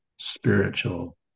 spiritual